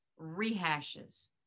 rehashes